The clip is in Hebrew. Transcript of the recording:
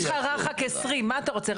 בתל אביב יש לך רח"ק 20, מה אתה רוצה?